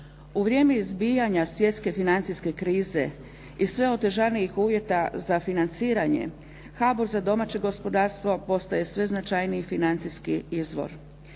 U vrijeme izbijanja svjetske financijske krize i sve otežanijih uvjeta za financije HBOR za domaće gospodarstvo postaje sve značajniji financijski izvor.